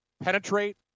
penetrate